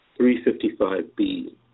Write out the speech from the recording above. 355b